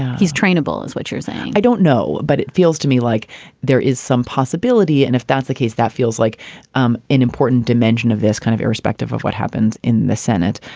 he's trainable, is what you're saying? i don't know. but it feels to me like there is some possibility. and if that's the case, that feels like um an important dimension of this kind of irrespective of what happens in the senate,